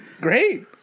Great